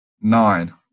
nine